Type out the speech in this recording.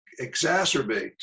exacerbates